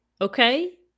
Okay